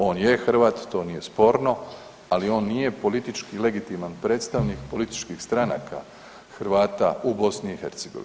On je Hrvat to nije sporno, ali on nije politički legitiman predstavnik političkih stranaka Hrvata u BiH.